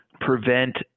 prevent